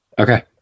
Okay